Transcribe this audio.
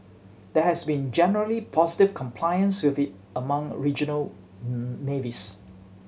there has been generally positive compliance with it among regional navies